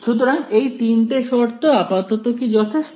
সুতরাং এই তিনটে শর্ত আপাতত কি যথেষ্ট